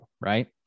right